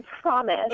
promise